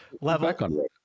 level